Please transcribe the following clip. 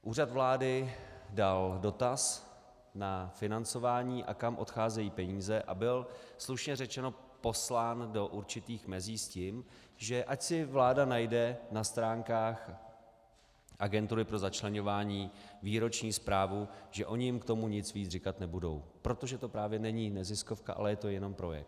Úřad vlády dal dotaz na financování a kam odcházejí peníze a byl slušně řečeno poslán do určitých mezí s tím, že ať si vláda najde na stránkách agentury pro začleňování výroční zprávu, že oni jim k tomu nic víc říkat nebudou, protože to právě není neziskovka, ale je to jenom projekt.